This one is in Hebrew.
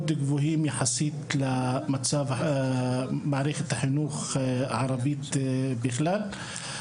גבוהים יחסית למצב מערכת החינוך הערבית בכלל.